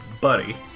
Buddy